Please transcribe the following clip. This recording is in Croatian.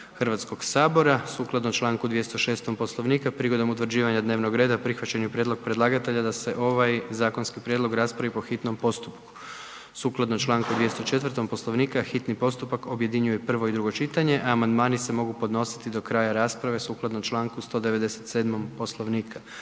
Hrvatskoga sabora. Sukladno čl. 206. Poslovnika prigodom utvrđivanja dnevnog reda prihvaćen je prijedlog predlagatelja da se ovaj zakonski prijedlog raspravi po hitnom postupku. Sukladno čl. 204. Poslovnika, hitni postupak objedinjuje prvo i drugo čitanje, a amandmani se mogu podnositi do kraja rasprave sukladno čl. 197. Poslovnika.